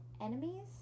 enemies